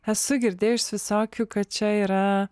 esu girdėjus visokių kad čia yra